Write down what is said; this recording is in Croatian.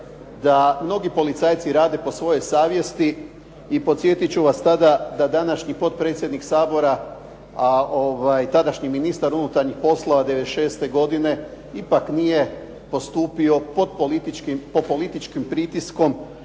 Da mnogi policajci rade po svojoj savjesti i podsjetiti ću vas sada da današnji potpredsjednik Sabora, a tadašnji ministar unutarnjih poslova '96. godine ipak nije postupio pod političkim pritiskom